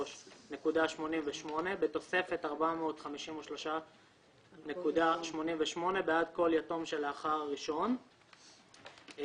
453.88 בתוספת 453.88 בעד כל יתום שלאחר הראשון (ב)